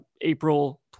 April